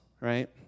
right